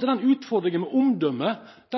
den utfordringa med omdømme